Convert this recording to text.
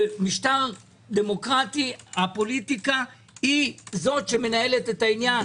במשטר דמוקרטי הפוליטיקה היא זו שמנהלת את העניין.